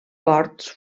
corts